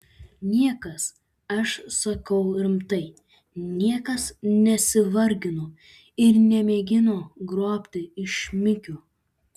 niekas aš sakau rimtai niekas nesivargino ir nemėgino grobti iš šmikio